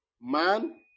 man